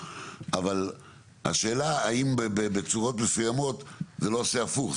אבל השאלה האם בצורות מסוימות זה לא עושה הפוך,